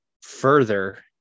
further